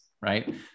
right